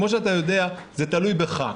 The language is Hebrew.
כפי שאתה יודע, זה תלוי בך.